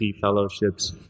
fellowships